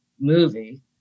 movie